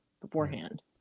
beforehand